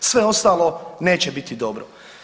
Sve ostalo neće biti dobro.